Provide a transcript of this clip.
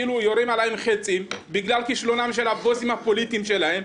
חצים בגלל כישלונם של הבוסים הפוליטיים שלהם,